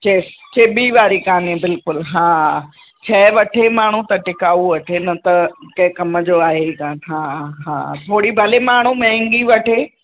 चे चिॿी वारी काने बिल्कुलु हा शइ वठे माण्हू त टिकाऊ वठे न त कंहिं कम जो आहे ई कान हा हा थोरी भले माण्हू महांगी वठे